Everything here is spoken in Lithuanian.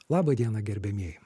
laba diena gerbiamieji